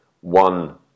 one